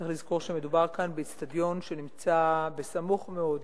צריך לזכור שמדובר כאן באיצטדיון שנמצא סמוך מאוד